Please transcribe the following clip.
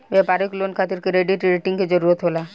व्यापारिक लोन खातिर credit rating के जरूरत होला